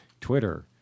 Twitter